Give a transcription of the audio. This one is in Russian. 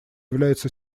является